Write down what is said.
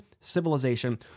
civilization